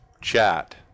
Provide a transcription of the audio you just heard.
chat